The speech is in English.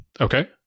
Okay